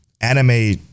Anime